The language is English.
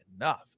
enough